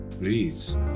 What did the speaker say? please